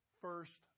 first